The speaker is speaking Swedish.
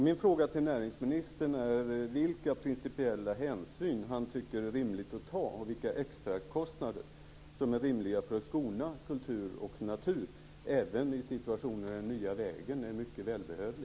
Min fråga till näringsministern är: Vilka principiella hänsyn är det rimligt att ta och vilka extrakostnader är rimliga för att skona kultur och natur, även om den nya vägen är mycket välbehövlig?